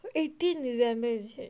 eighteen december is it